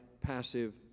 passive